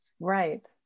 Right